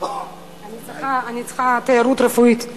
אני צריכה תיירות רפואית.